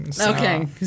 Okay